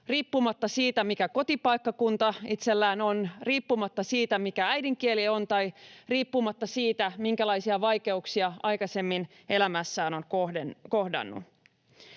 riippumatta siitä, mikä kotipaikkakunta itsellään on, riippumatta siitä, mikä äidinkieli on, tai riippumatta siitä, minkälaisia vaikeuksia aikaisemmin elämässään on kohdannut.